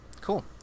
Cool